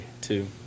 Two